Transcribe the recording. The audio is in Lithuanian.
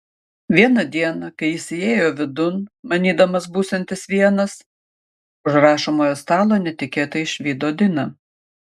vieną dieną kai jis įėjo vidun manydamas būsiantis vienas už rašomojo stalo netikėtai išvydo diną